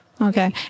Okay